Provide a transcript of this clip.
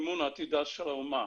מימון עתידה של אומה',